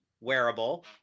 wearable